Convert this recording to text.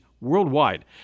worldwide